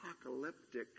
apocalyptic